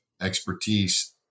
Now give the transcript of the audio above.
expertise